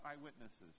eyewitnesses